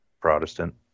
Protestant